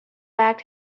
back